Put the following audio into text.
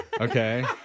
okay